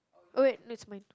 okay no it's mine